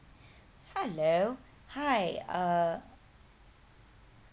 hello hi uh